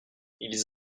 ils